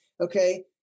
okay